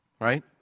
right